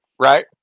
Right